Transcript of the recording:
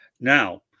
Now